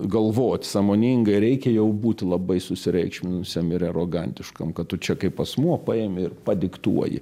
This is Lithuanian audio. galvot sąmoningai reikia jau būti labai susireikšminusiam ir arogantiškam kad tu čia kaip asmuo paimi ir padiktuoji